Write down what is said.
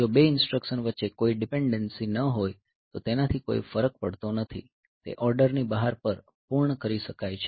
જો બે ઇન્સટ્રકશન વચ્ચે કોઈ ડિપેન્ડન્સી ન હોય તો તેનાથી કોઈ ફરક પડતો નથી તે ઓર્ડરની બહાર પણ પૂર્ણ કરી શકાય છે